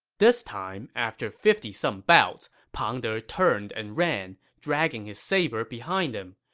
this time, after fifty some bouts, pang de turned and ran, dragging his saber behind him.